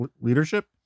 leadership